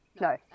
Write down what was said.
No